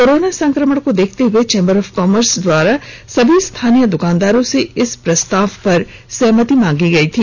corona संक्रमण को देखते हुए चेंबर ऑफ कॉमर्स द्वारा सभी स्थानीय दुकानदारों से इस प्रस्ताव पर सहमति मांगी थी